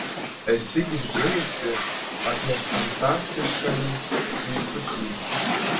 esi girdėjusi apie fantastiškąjį zuikutį